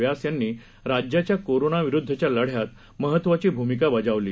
व्यास यांनी राज्याच्या कोरोनाविरुद्धच्या लढ्यात महत्वाची भूमिकी बजावली आहे